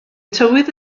tywydd